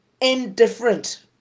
indifferent